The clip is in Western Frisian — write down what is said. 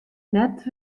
net